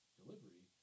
delivery